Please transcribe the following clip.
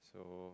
so